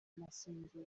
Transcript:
masengesho